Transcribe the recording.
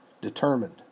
determined